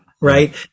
Right